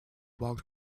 walked